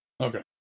Okay